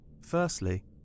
Firstly